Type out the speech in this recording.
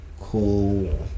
cool